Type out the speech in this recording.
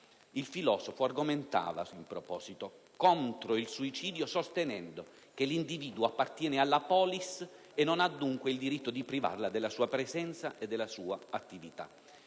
Il filosofo argomentava contro il suicidio, sostenendo che l'individuo appartiene alla *polis* e non ha dunque il diritto di privarla della sua presenza e della sua attività.